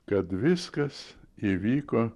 kad viskas įvyko